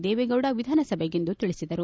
ದೇವೇಗೌಡ ವಿಧಾನಸಭೆಗಿಂದು ತಿಳಿಸಿದರು